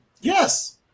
yes